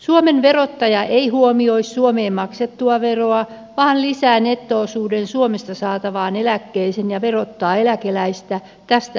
suomen verottaja ei huomioi suomeen maksettua veroa vaan lisää netto osuuden suomesta saatavaan eläkkeeseen ja verottaa eläkeläistä tästä yhteissummasta